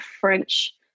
French